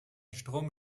strom